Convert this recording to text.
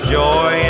joy